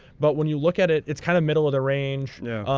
but when you look at it, it's kind of middle of the range yeah.